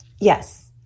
Yes